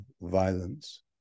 violence